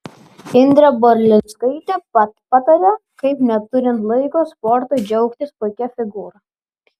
indrė burlinskaitė patarė kaip neturint laiko sportui džiaugtis puikia figūra